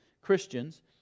Christians